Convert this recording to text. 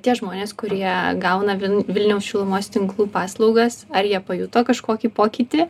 tie žmonės kurie gauna vin vilniaus šilumos tinklų paslaugas ar jie pajuto kažkokį pokytį